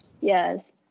Yes